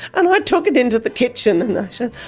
and i took it into the kitchen and i said,